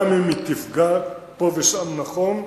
גם אם היא תפגע פה ושם נכון,